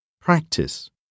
Practice